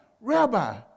Rabbi